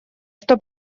что